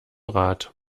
rat